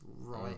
right